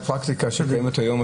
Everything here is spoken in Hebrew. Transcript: לפי הפרקטיקה שקיימת היום,